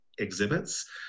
exhibits